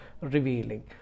revealing